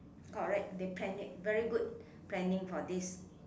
correct they planned it very good planning for this